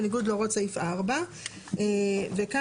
בניגוד להוראות סעיף 4. וכאן,